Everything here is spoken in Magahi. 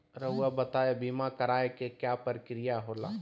रहुआ बताइं बीमा कराए के क्या प्रक्रिया होला?